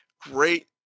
great